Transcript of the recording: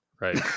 right